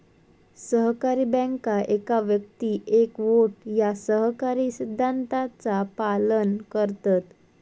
सहकारी बँका एक व्यक्ती एक वोट या सहकारी सिद्धांताचा पालन करतत